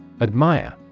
Admire